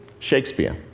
shakespeare.